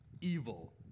evil